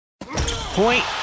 Point